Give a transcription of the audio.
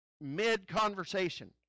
mid-conversation